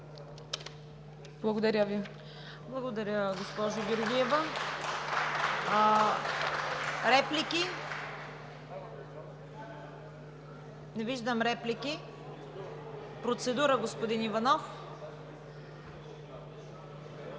КАРАЯНЧЕВА: Благодаря, госпожо Георгиева. Реплики? Не виждам реплики. Процедура, господин Иванов?